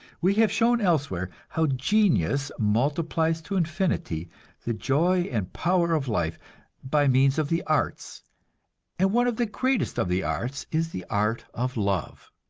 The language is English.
we have shown elsewhere how genius multiplies to infinity the joy and power of life by means of the arts and one of the greatest of the arts is the art of love.